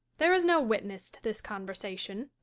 there is no witness to this conversation.